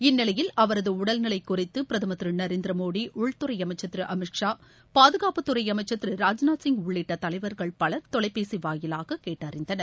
இந்நிலையில் அவரது உடல் நிலை குறித்து பிரதமர் திரு நரேந்திர மோடி உள்துறை அமைச்சர் திரு அமித்ஷா பாதுகாப்புத்துறை அமைச்ன் திரு ராஜ்நாத் சிங் உள்ளிட்ட தலைவர்கள் பல் தொலைபேசி வாயிலாக கேட்டறிந்தனர்